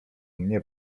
mnie